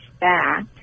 back